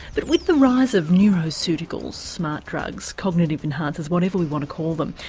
but with the rise of neuroceuticals, smart drugs, cognitive enhancers, whatever we want to call them,